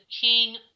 king